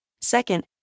Second